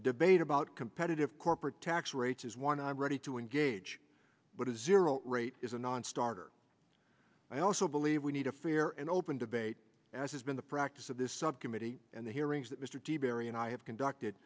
a debate about competitive corporate tax rates is one i'm ready to engage but is zero rate is a nonstarter i also believe we need a fair and open debate as has been the practice of this subcommittee and the hearings that mr de berry and i have conducted